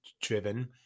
driven